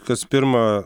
kas pirma